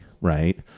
right